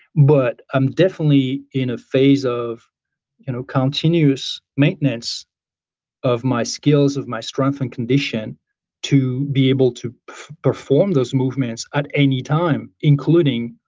but i'm definitely in a phase of you know continuous maintenance of my skills, of my strength and condition to be able to perform those movements any time, including,